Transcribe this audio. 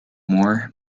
more